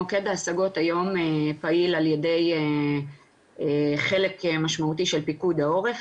מוקד ההשגות היום פעיל על ידי חלק משמעותי של פיקוד העורף,